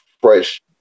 fresh